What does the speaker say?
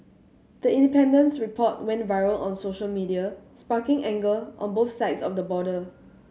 the Independent's report went viral on social media sparking anger on both sides of the border